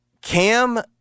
Cam